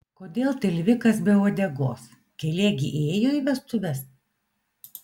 kodėl tilvikas be uodegos kielė gi ėjo į vestuves